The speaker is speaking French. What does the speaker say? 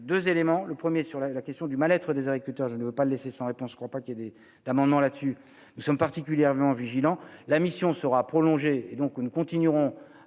dire 2 éléments : le 1er. Sur la question du mal-être des agriculteurs, je ne veux pas laisser sans réponse, je ne crois pas qu'il y ait des d'amendements là-dessus, nous sommes particulièrement vigilants, la mission sera prolongée et donc nous continuerons